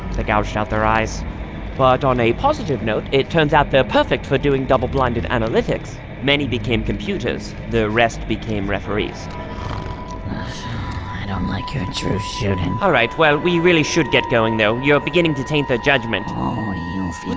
gouged out their eyes but on a positive note, it turns out they're perfect for doing double-blinded analytics many became computers the rest became referees i don't like your true shooting. all right. well, we really should get going, though. you're beginning to taint their judgment oh, you feel